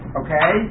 okay